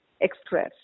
express